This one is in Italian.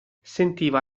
sentiva